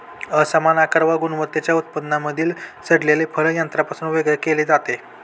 एकसमान आकार व गुणवत्तेच्या उत्पादनांमधील सडलेले फळ यंत्रापासून वेगळे केले जाते